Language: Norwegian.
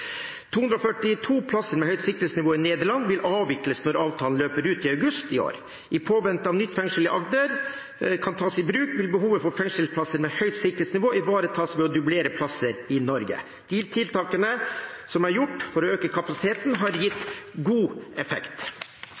242 plasser med høyt sikkerhetsnivå i Nederland vil avvikles når avtalen løper ut i august i år. I påvente av at nytt fengsel i Agder kan tas i bruk, vil behovet for fengselsplasser med høyt sikkerhetsnivå ivaretas ved å dublere plasser i Norge. De tiltakene som er gjort for å øke kapasiteten, har gitt god effekt.